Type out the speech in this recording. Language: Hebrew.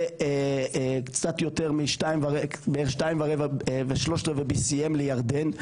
ובערך BCM2.45 לירדן.